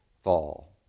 fall